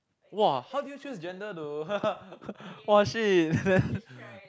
!wah! how do you choose gender though !wah shit! then